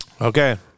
Okay